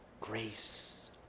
grace